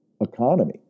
economy